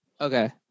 Okay